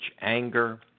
anger